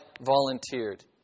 volunteered